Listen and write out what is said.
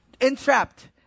entrapped